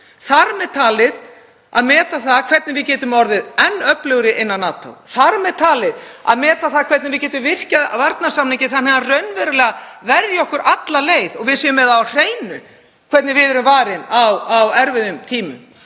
þar með talið að meta hvernig við getum orðið enn öflugri innan NATO, þar með talið að meta hvernig við getum virkjað varnarsamninginn þannig að hann verji okkur alla leið og við séum með á hreinu hvernig við verðum varin á erfiðum tímum